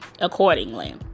accordingly